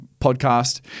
podcast